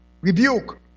Rebuke